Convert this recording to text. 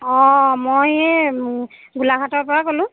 অঁ মই এই গোলাঘাটৰপৰা ক'লোঁ